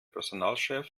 personalchef